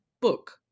book